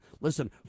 Listen